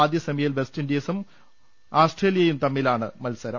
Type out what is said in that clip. ആദ്യ സെമിയിൽ വെസ്റ്റ്ഇൻഡീസും ആസ്ട്രേലിയയും തമ്മിലാണ് മത്സരം